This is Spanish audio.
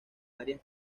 áreas